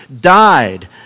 died